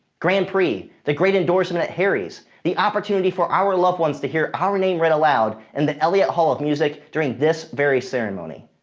grand prix, the great indoorsman at harry's, the opportunity for our loved ones to hear our name read aloud in the elliott hall of music during this very ceremony.